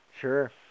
Sure